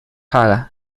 haga